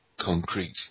concrete